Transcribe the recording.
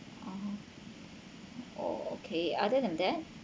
oh okay other than that